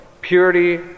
Purity